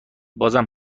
بازم